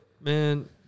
Man